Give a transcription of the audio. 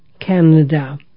Canada